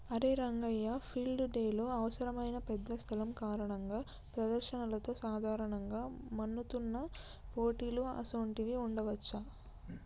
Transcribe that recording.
అరే రంగయ్య ఫీల్డ్ డెలో అవసరమైన పెద్ద స్థలం కారణంగా ప్రదర్శనలతో సాధారణంగా మన్నుతున్న పోటీలు అసోంటివి ఉండవచ్చా